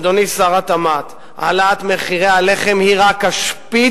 אדוני שר התמ"ת, העלאת מחירי הלחם היא רק השפיץ,